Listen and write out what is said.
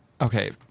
okay